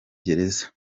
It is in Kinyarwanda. gereza